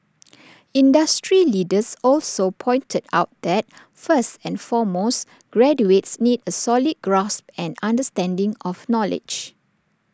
industry leaders also pointed out that first and foremost graduates need A solid grasp and understanding of knowledge